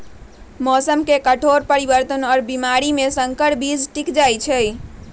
मौसम के कठोर परिवर्तन और बीमारी में संकर बीज टिक जाई छई